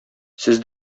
сез